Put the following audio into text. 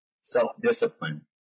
Self-discipline